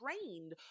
trained